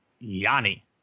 Yanni